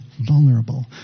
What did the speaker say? vulnerable